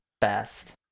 best